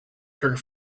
jerk